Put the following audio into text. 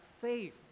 faith